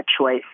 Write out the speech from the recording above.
choice